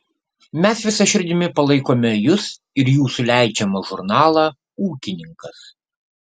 mes visa širdimi palaikome jus ir jūsų leidžiamą žurnalą ūkininkas